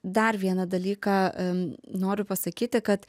dar vieną dalyką noriu pasakyti kad